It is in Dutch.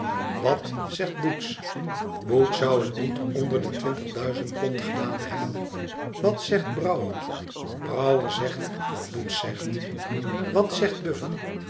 wat zegt boots boots zou het niet onder de twintig duizend pond gedaan hebben wat zegt brouwer brouwer zegt wat boots zegt wat zegt buffer